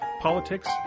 politics